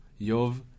Yov